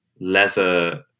leather